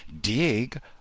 dig